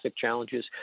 challenges